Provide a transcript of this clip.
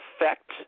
affect